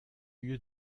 lieu